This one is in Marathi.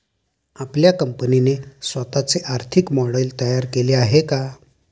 आपल्या कंपनीने स्वतःचे आर्थिक मॉडेल तयार केले आहे का?